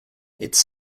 its